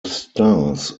stars